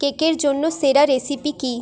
কেকের জন্য সেরা রেসিপি কী